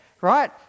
right